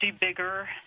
bigger